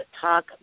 talk